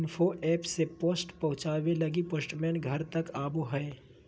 info app से post पहुचावे लगी पोस्टमैन घर तक आवो हय